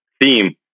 theme